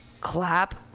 clap